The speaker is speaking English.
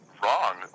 wrong